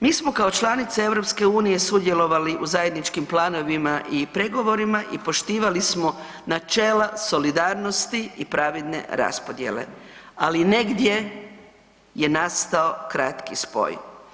Mi smo kao članica EU sudjelovali u zajedničkim planovima i pregovorima i poštivali smo načela solidarnosti i pravedne raspodjele, ali negdje je nastao kratki spoj.